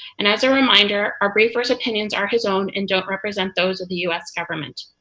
and as a reminder, our briefer's opinions are his own and don't represent those of the u s. government.